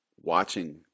watching